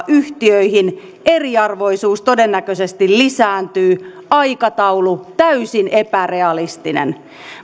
yhtiöihin eriarvoisuus todennäköisesti lisääntyy aikataulu täysin epärealistinen